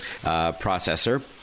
processor